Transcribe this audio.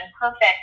perfect